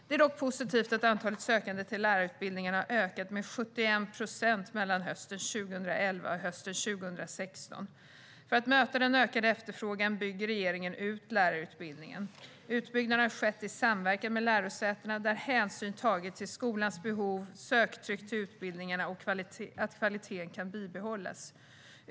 Det är dock positivt att antalet sökande till lärarutbildningarna har ökat med 71 procent mellan hösten 2011 och hösten 2016. För att möta den ökade efterfrågan bygger regeringen ut lärarutbildningarna. Utbyggnaden har skett i samverkan med lärosätena, där hänsyn tagits till skolans behov, söktryck till utbildningarna och att kvaliteten kan bibehållas.